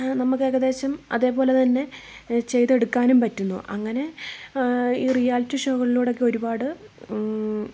നമുക്ക് ഏകദേശം അതേപോലെ തന്നെ ചെയ്ത് എടുക്കാനും പറ്റുന്നു അങ്ങനെ ഈ റിയാലിറ്റി ഷോകളിലൂടെ ഒരുപാട്